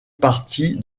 partie